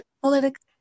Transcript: political